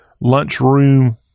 lunchroom